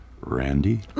Randy